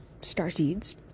starseeds